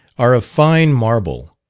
are of fine marble,